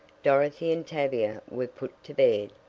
dorothy and tavia were put to bed,